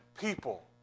people